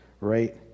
right